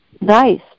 nice